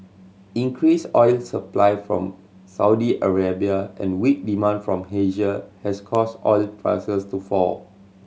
increased oil supply from Saudi Arabia and weak demand from Asia has caused oil prices to fall